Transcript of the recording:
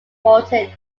morton